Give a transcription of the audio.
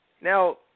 Now